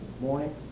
morning